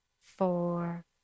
four